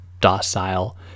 docile